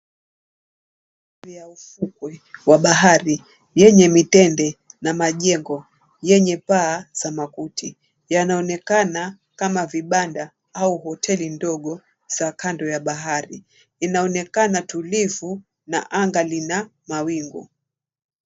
Kando ya ufukwe wa bahari yenye mitende na majengo yenye paa za makuti yanaonekana kama vibanda au hoteli ndogo za kando ya bahari. Inaonekana tulivu na angani kuna mawingu.